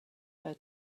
her